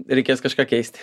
reikės kažką keisti